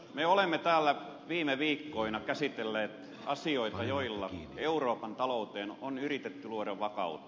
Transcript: me olemme täällä viime viikkoina käsitelleet asioita joilla euroopan talouteen on yritetty luoda vakautta